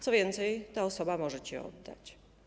Co więcej, ta osoba może ci oddać.